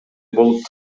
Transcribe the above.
болуп